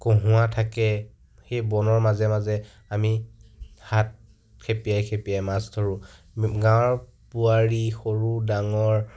কহুঁৱা থাকে সেই বনৰ মাজে মাজে আমি হাত খেপিয়াই খেপিয়াই মাছ ধৰো গাঁৱৰ বোৱাৰী সৰু ডাঙৰ